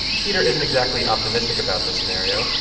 peter isn't exactly optimistic about this scenario.